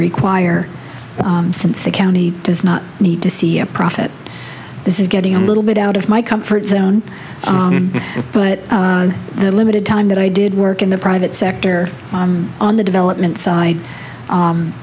require since the county does not need to see a profit this is getting a little bit out of my comfort zone but the limited time that i did work in the private sector on the development side